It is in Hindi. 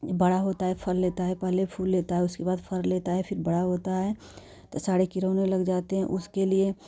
बड़ा होता है फल होता है पहले फूल होता है उसके बाद फल होता है फ़िर बड़ा होता है तो सारे कीड़े उड़े लग जाते हैं उसके लिए